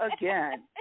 again